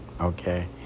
okay